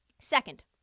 Second